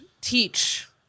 teach